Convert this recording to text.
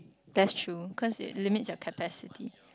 that's true cause it limits your capacity